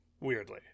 weirdly